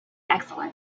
excellent